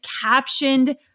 captioned